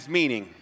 meaning